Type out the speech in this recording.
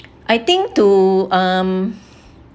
I think to um